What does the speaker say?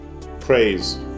praise